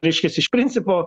reiškias iš principo